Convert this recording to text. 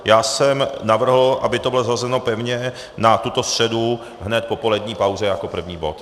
Já jsem navrhl, aby to bylo zařazeno pevně na tuto středu hned po polední pauze jako první bod.